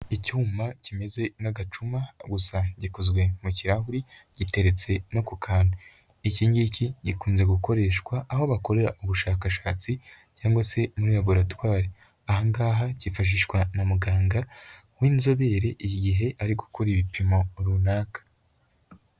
Icyuma kimeze nk'agacuma gusa gikozwe mu kirahuri, giteretse no ku kantu, ikingiki gikunze gukoreshwa aho bakorera ubushakashatsi cyangwa se muri laboratoiri, ahangaha kifashishwa na muganga w'inzobere igihe ari gukora ibipimo runaka.